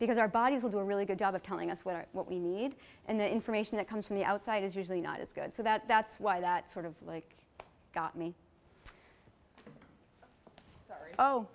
because our bodies will do a really good job of telling us what are what we need and the information that comes from the outside is usually not as good so that's why that sort of like got me oh